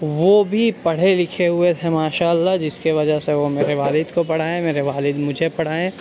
وہ بھی پڑھے لکھے ہوئے تھے ماشاء اللہ جس کے وجہ سے وہ میرے والد کو پڑھائے میرے والد مجھے پڑھائے